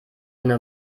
eine